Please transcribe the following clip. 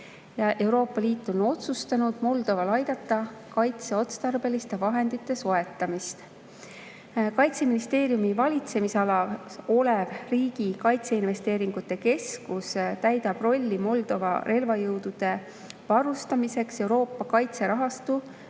Euroopa Liit on otsustanud aidata Moldoval kaitseotstarbelisi vahendeid soetada. Kaitseministeeriumi valitsemisalas olev Riigi Kaitseinvesteeringute Keskus täidab rolli Moldova relvajõudude varustamiseks Euroopa kaitserahastu